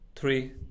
Three